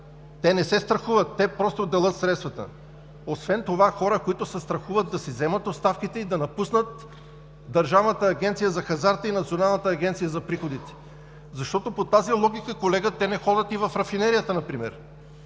Те не се страхуват, те просто делят средствата! Освен това хора, които се страхуват, да си дадат оставките и да напуснат Държавната агенция за хазарта и Националната агенция за приходите, защото по тази логика, колега, те не ходят и в рафинерията например.